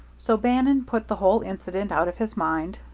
so bannon put the whole incident out of his mind,